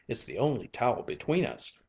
it's the only towel between us.